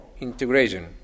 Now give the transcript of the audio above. integration